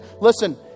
listen